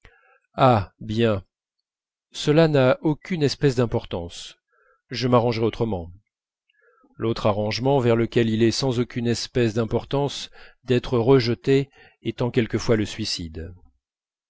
ah bien cela n'a aucune espèce d'importance je m'arrangerai autrement l'autre arrangement vers lequel il est sans aucune espèce d'importance d'être rejeté étant quelquefois le suicide